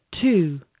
two